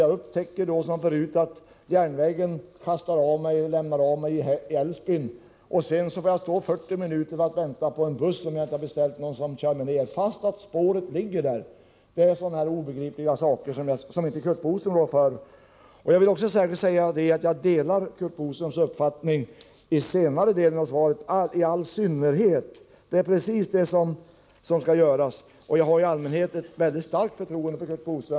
Jag upptäckte då, liksom jag gjort förut, att jag tvingas gå av i Älvsbyn. I 40 minuter får jag stå och vänta på en buss, om jag inte avtalat med någon att köra mig vidare. Så här förhåller det sig, trots att spåret finns där. Det här är obegripliga saker, som Curt Boström inte rår för. Jag vill framhålla att jag i all synnerhet delar den uppfattning som Curt Boström ger uttryck för i senare delen av svaret. Vad som står där är precis det som skall göras. I allmänhet har jag mycket stort förtroende för Curt Boström.